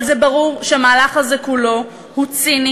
אבל ברור שהמהלך הזה כולו הוא ציני